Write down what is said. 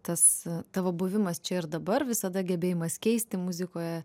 tas tavo buvimas čia ir dabar visada gebėjimas keisti muzikoje